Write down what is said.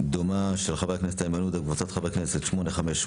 דומה של חבר הכנסת איימן עודה וקבוצת חברי כנסת 858/25,